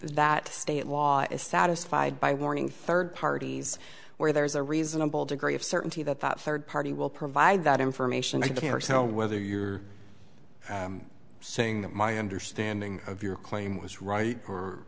that state law is satisfied by warning third parties where there is a reasonable degree of certainty that that third party will provide that information i can't tell whether you're saying that my understanding of your claim was right or